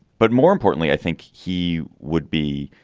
but more importantly, i think he would be.